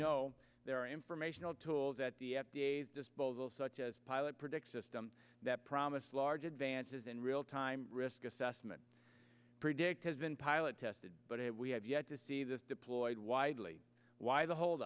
know there are informational tools at the f d a as disposal such as pilot project system that promised large advances in real time risk assessment predict has been pilot tested but it we have yet to see this deployed widely why